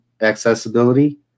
accessibility